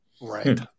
Right